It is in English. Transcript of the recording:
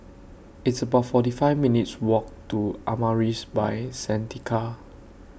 It's about forty five minutes' Walk to Amaris By Santika